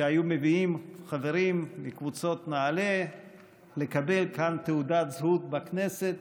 שהיו מביאים חברים מקבוצות נעל"ה לקבל כאן תעודת זהות בכנסת.